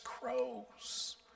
crows